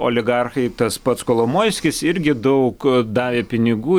oligarchai tas pats kolomojskis irgi daug davė pinigų